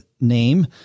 name